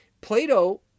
Plato